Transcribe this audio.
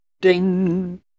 Ding